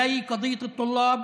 החוק הזה,